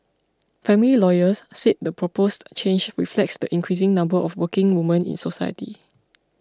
family lawyers said the proposed change reflects the increasing number of working women in society